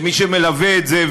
כמי שמלווה את זה,